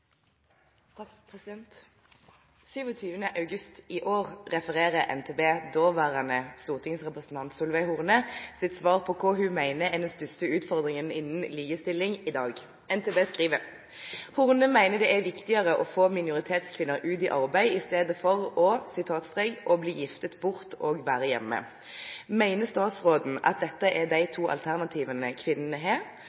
refererer NTB daværende stortingsrepresentant Solveig Hornes svar på hva hun mener er den største utfordringen innen likestilling i dag. NTB skriver: «Horne mener det er viktigere å få minoritetskvinner ut i arbeid i stede for «å bli giftet bort og være hjemme.»» Mener statsråden dette er